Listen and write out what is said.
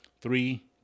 Three